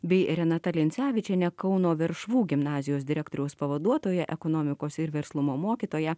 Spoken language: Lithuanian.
bei renata lincevičienė kauno veršvų gimnazijos direktoriaus pavaduotoja ekonomikos ir verslumo mokytoja